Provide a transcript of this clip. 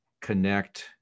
connect